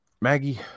Maggie